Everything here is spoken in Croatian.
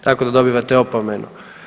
Tako da dobivate opomenu.